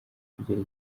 kugera